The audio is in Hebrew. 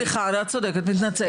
סליחה, את צודקת, מתנצלת.